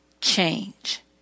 change